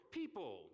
people